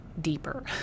deeper